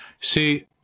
See